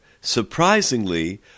surprisingly